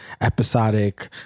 episodic